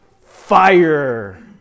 fire